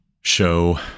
show